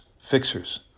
fixers